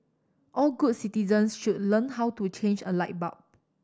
all good citizens should learn how to change a light bulb